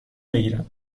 بگیرم